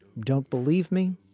don't believe me.